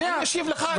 תן לי לשאול אותך משהו.